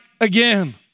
again